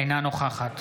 אינה נוכחת